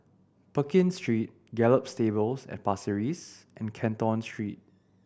Pekin Street Gallop Stables at Pasir Ris and Canton Street